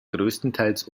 größtenteils